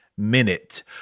Minute